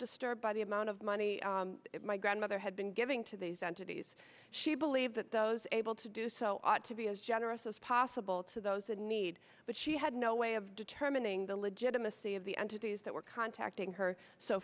disturbed by the amount of money my grandmother had been giving to these entities she believed that those able to do so ought to be as generous as possible to those in need but she had no way of determining the legitimacy of the entities that were contacting her so